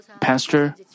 pastor